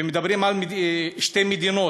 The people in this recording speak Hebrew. ומדברים על שתי מדינות.